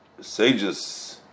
sages